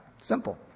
Simple